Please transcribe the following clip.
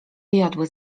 jodły